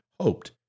hoped